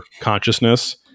consciousness